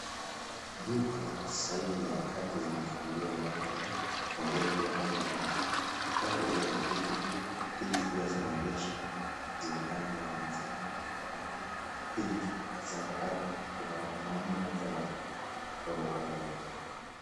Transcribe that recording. Duka zaidi ya tatu zimefunguliwa milango yao, moja yao ikiwa rangi ya majani, watu wakiwa wameketi nje, viti zikiwa zimeegeshwa nje zenye rangi ya manjano, nyeupe, pinki , zambarau na kuna mwanaume mmoja anayepita kutoka upande wa juu.